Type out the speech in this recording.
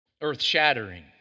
earth-shattering